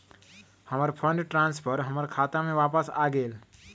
हमर fund transfer हमर खाता में वापस आ गेल